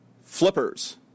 flippers